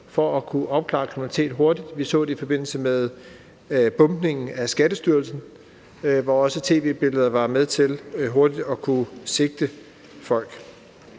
for at kunne opklare kriminalitet hurtigt. Vi så det i forbindelse med bombningen af Skattestyrelsen, hvor tv-billeder også var med til, at man hurtigt kunne sigte folk.